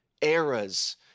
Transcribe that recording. eras